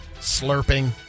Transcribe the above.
Slurping